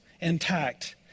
intact